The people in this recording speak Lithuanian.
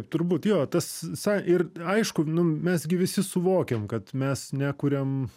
turbūt jo tas sa ir aišku nu mes gi visi suvokiam kad mes nekuriam